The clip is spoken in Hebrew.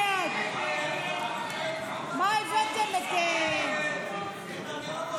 52 בעד, 58 נגד, שני נמנעים.